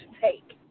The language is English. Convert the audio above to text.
take